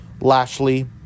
Lashley